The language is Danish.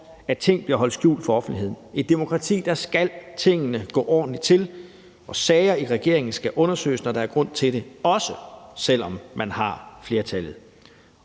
at ting bliver holdt skjult for offentligheden. I et demokrati skal tingene gå ordentligt til, og sager i regeringen skal undersøges, når der er grund til det, også selv om man har flertallet.